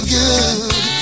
good